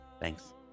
Thanks